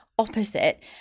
opposite